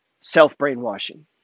Self-brainwashing